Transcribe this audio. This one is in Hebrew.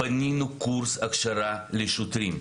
בנינו קורס הכשרה לשוטרים.